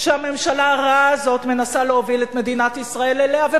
שהממשלה הרעה הזאת מנסה להוביל את מדינת ישראל אליהם,